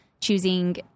choosing